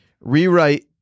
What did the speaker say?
Rewrite